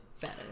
better